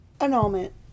Annulment